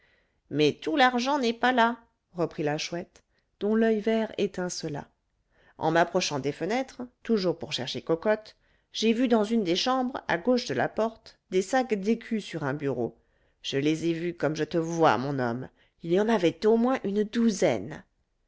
mais tout l'argent n'est pas là reprit la chouette dont l'oeil vert étincela en m'approchant des fenêtres toujours pour chercher cocotte j'ai vu dans une des chambres à gauche de la porte des sacs d'écus sur un bureau je les ai vus comme je te vois mon homme il y en avait au moins une douzaine